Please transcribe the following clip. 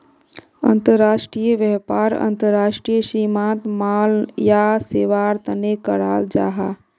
अंतर्राष्ट्रीय व्यापार अंतर्राष्ट्रीय सीमात माल या सेवार तने कराल जाहा